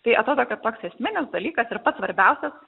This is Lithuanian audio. tai atrodo kad toks esminis dalykas ir pats svarbiausias